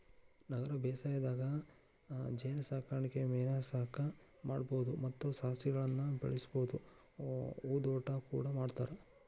ನಗರ ಬೇಸಾಯದಾಗ ಜೇನಸಾಕಣೆ ಮೇನಸಾಕಣೆ ಮಾಡ್ಬಹುದು ಮತ್ತ ಸಸಿಗಳನ್ನ ಬೆಳಿಬಹುದು ಹೂದೋಟ ಕೂಡ ಮಾಡ್ತಾರ